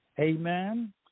Amen